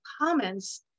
comments